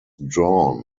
drawn